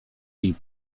jej